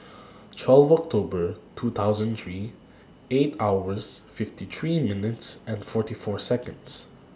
twelve October two thousand three eight hours fifty three minutes and forty four Seconds